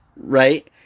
Right